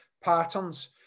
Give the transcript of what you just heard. patterns